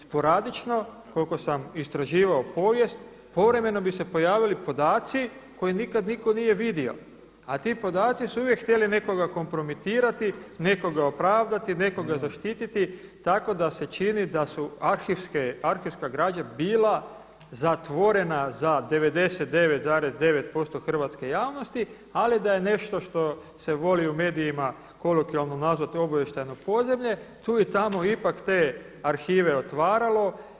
Sporadično, koliko sam istraživao povijest, povremeno bi se pojavili podaci koji nikada nitko nije vidio, a ti podaci su uvijek htjeli nekoga kompromitirati, nekoga opravdati, nekoga zaštititi tako se čini da su arhivska građa bila zatvorena za 99,9% hrvatske javnosti, ali da je nešto što se voli u medijima kolokvijalno nazvati obavještajno podzemlje, tu i tamo ipak te arhive otvaralo.